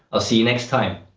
i'll see you next time.